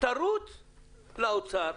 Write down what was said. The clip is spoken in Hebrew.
תרוץ לאוצר,